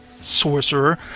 sorcerer